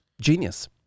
genius